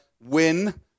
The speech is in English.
win